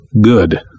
good